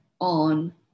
on